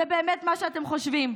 זה באמת מה שאתם חושבים.